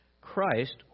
Christ